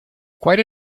quite